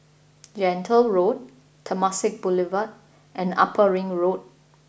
Gentle Road Temasek Boulevard and Upper Ring Road